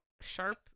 sharp